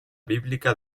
bíblica